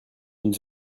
une